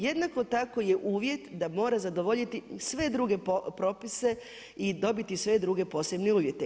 Jednako tako je uvjet, da mora zadovoljiti sve druge propise i dobiti sve druge posebne uvjete.